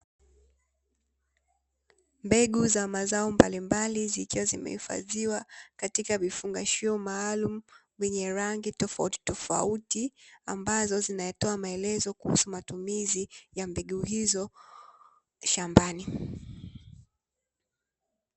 Mbegu za mazao mbalimbali zikiwa zimehifadhiwa katika vifungashio maalumu vyenye rangi tofautitofauti, ambazo zinatoa maelezo kuhusu matumizi ya mbegu hizo shambani.